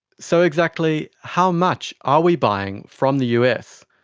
so exactly how much are we buying from the us?